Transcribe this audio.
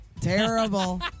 Terrible